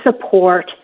support